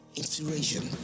inspiration